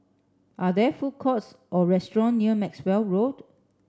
are there food courts or restaurant near Maxwell Road